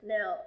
Now